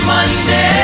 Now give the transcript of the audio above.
Monday